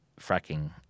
fracking